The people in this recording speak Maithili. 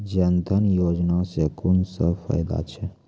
जनधन योजना सॅ कून सब फायदा छै?